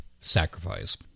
sacrifice